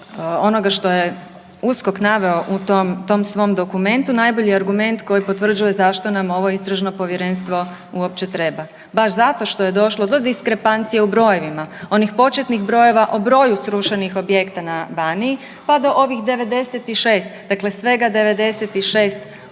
onoga što je USKO naveo u tom svom dokumentu najbolji argument koji potvrđuje zašto nam ovo istražno povjerenstvo uopće treba. Baš zato što je došlo do diskrepancije u brojevima, onih početnih brojeva o broju srušenih objekta na Baniji pa do ovih 96. Dakle, svega 96 kuća